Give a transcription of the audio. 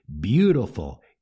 beautiful